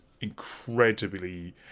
incredibly